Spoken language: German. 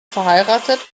verheiratet